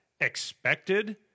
expected